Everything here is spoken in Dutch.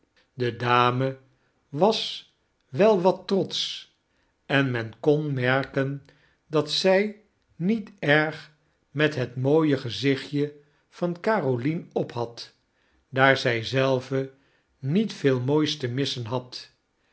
de dame was wel wat trotsch en men k o n merken dat zy niet erg met het mooie gezichtje van carolien ophad daar zy zelve niet veel moois te missen had